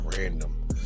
random